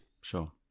Sure